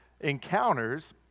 encounters